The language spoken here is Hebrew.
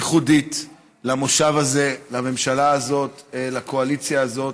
ייחודית למושב הזה, לממשלה הזאת, לקואליציה הזאת,